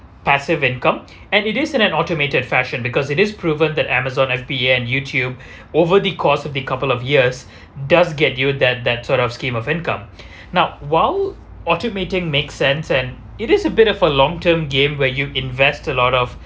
passive income and it is an automated fashion because it is proven that Amazon F_B and YouTube over the course of the couple of years does get you that that sort of scheme of income now while automating make sense and it is a bit of a long term game where you invest a lot of